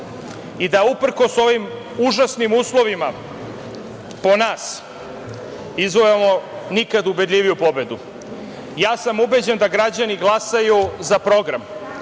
i da uprkos ovim užasnim uslovima po nas izvojevamo nikad ubedljiviju pobedu. Ubeđen sam da građani glasaju za program,